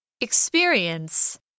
Experience